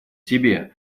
себе